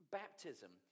baptism